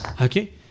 Okay